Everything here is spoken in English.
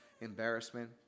embarrassment